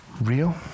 real